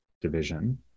division